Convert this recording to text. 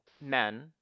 men